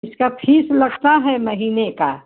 इसका फीस लगती है महीने की